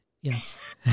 Yes